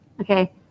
Okay